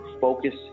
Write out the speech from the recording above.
focus